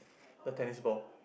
the tennis ball